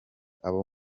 abo